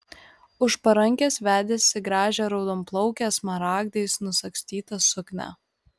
už parankės vedėsi gražią raudonplaukę smaragdais nusagstyta suknia